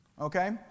Okay